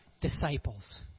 disciples